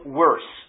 worse